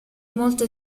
molto